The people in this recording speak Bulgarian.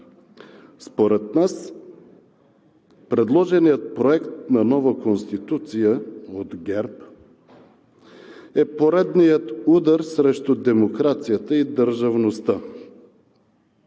Според нас предложеният проект на нова Конституция от ГЕРБ е поредният удар срещу демокрацията и държавността.